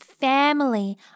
family